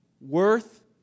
worth